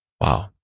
Wow